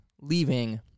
leaving